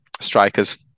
strikers